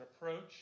approach